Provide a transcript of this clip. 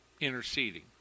Interceding